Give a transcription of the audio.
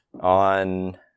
On